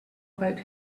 about